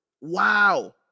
wow